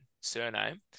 surname